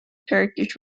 turkish